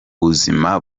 buzima